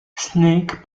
snake